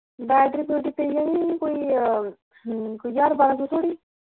battery बुटरी पेई जानी कोई कोई ज्हार बारां सौ धोड़ी